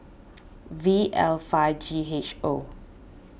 V L five G H O